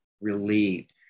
relieved